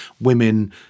women